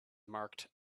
marked